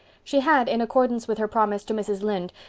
she had, in accordance with her promise to mrs. lynde,